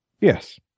Yes